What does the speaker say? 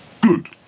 Good